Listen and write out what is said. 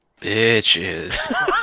Bitches